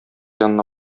янына